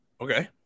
Okay